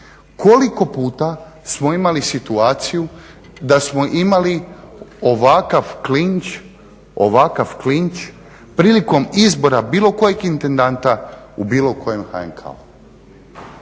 1996.koliko puta smo imali situaciju da smo imali ovakav klinč prilikom izbora bilo kojeg intendanta u bilo kojem HNK-u.